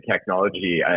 technology